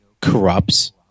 corrupts